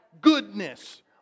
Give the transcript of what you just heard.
Goodness